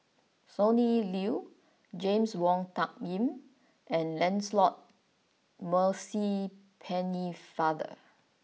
Sonny Liew James Wong Tuck Yim and Lancelot Maurice Pennefather